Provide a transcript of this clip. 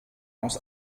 aus